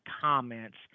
comments